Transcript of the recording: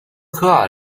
科尔